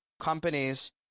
companies